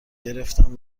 گرفنم